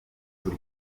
z’u